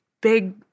big